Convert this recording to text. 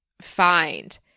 find